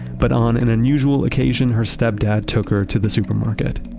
but on an unusual occasion her step-dad took her to the supermarket.